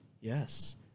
Yes